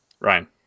ryan